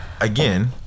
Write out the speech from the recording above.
again